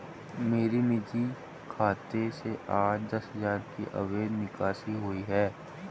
मेरे निजी खाते से आज दस हजार की अवैध निकासी हुई है